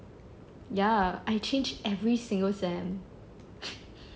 ya I change every single sem